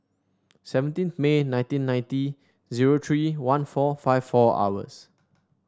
seventeen May nineteen ninety zero three one four five four hours